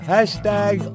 Hashtag